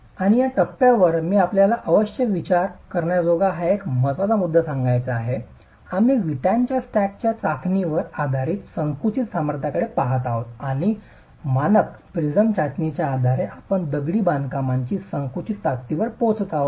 आणि या टप्प्यावर मी आपणास अवश्य विचार करण्याजोगा एक महत्त्वाचा मुद्दा सांगायचा आहे आम्ही विटांच्या स्टॅकच्या चाखणीवर आधारित संकुचित सामर्थ्याकडे पहात आहोत आणि मानक प्रिझम चाचणीच्या आधारे आपण दगडी बांधकामाची संकुचित ताकदीवर पोहोचत आहोत